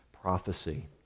prophecy